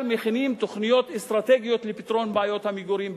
מכינים תוכניות אסטרטגיות לפתרון בעיות המגורים בישראל.